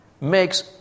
Makes